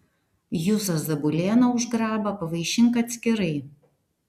juzą zabulėną už grabą pavaišink atskirai